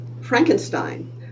Frankenstein